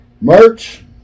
Merch